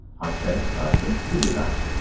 i said loudly who did that?